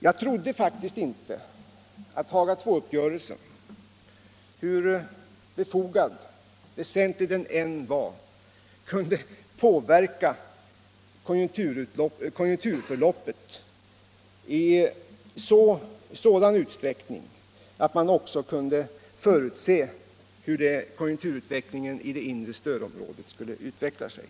Jag trodde faktiskt inte att Haga II uppgörelsen, hur befogad och väsentlig den än var, kunde påverka konjunkturförloppet i sådan utsträckning att man också kunde förutse hur konjunkturutvecklingen i det inre stödområdet skulle utveckla sig.